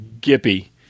Gippy